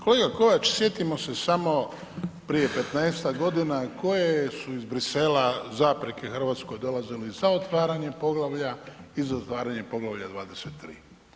Kolega Kovač sjetimo se samo prije 15-ak godina koje su iz Brisela zapreke Hrvatskoj dolazile za otvaranje poglavlja i za zatvaranje poglavlja 23.